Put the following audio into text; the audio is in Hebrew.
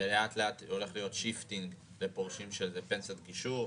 ולאט לאט הולך להיות מעבר לפורשים של פנסיית גישור,